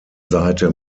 seite